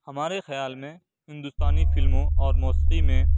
ہمارے خیال میں ہندوستانی فلموں اور موسیقی میں